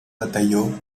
batalló